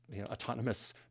autonomous